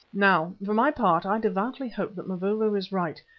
now, for my part, i devoutly hope that mavovo is right,